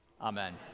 amen